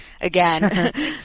again